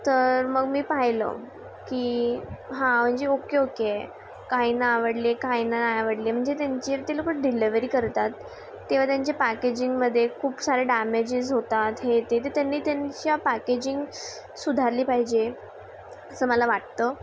तर मग मी पाहिलं की हां म्हणजे ओके ओके काही ना आवडले काय नाय आवडले म्हणजे त्यांचे ते लोकं डिलेवरी करतात तेव्हा त्यांचे पॅकेजिंगमदे खूप सारे डॅमेजेस होतात हे ते त्यांनी त्यांच्या पॅकेजिंग सुधारली पाहिजे असं मला वाटतं